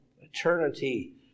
eternity